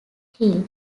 hill